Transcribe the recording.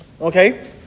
Okay